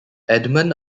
edmund